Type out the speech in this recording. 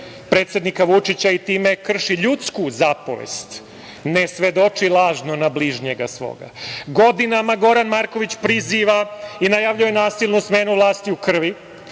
predsednika Vučića i time krši ljudsku zapovest – ne svedoči lažno na bližnjega svoga. Godinama Goran Marković priziva i najavljuje nasilnu smenu vlasti u krvi